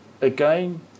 again